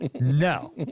No